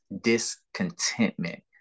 discontentment